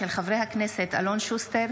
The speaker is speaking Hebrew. של חברי הכנסת אלון שוסטר,